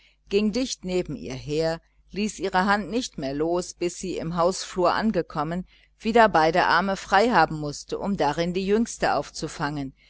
ging dicht neben ihr her und ließ ihre hand nicht los bis sie im hausflur angekommen wieder beide arme frei haben mußte um darin die jüngste aufzufangen